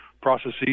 processes